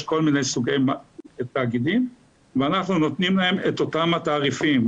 יש כל מיני סוגי תאגידים ואנחנו נותנים להם את אותם תעריפים,